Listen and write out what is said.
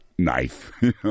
Knife